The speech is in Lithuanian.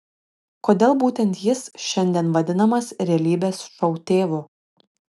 kodėl būtent jis šiandien vadinamas realybės šou tėvu